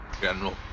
general